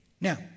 Now